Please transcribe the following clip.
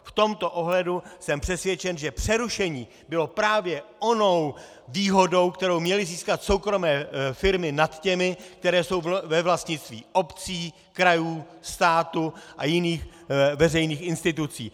V tomto ohledu jsem přesvědčen, že přerušení bylo právě onou výhodou, kterou měly získat soukromé firmy nad těmi, které jsou ve vlastnictví obcí, krajů, státu a jiných veřejných institucí.